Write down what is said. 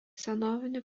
senovinių